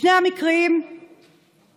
בשני המקרים נהגו